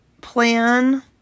plan